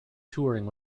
touring